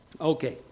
Okay